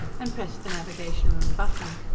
and pressed the navigation-room button.